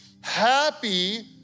happy